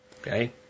Okay